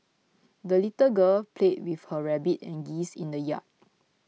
the little girl played with her rabbit and geese in the yard